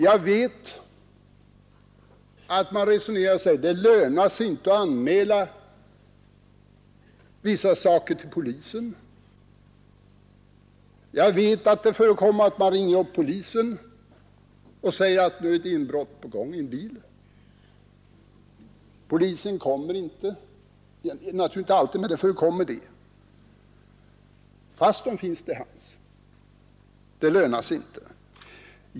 Jag vet att man resonerar så här: Det lönar sig inte att anmäla vissa saker till polisen. Jag vet att det förekommer att man ringer upp polisen och säger, att det är ett inbrott på gång, t.ex. i en bil. Men polisen kommer inte — naturligtvis är det inte alltid så, men det förekommer. Polisen kommer inte fastän den finns till hands därför att det inte lönar sig att ingripa.